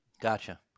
Gotcha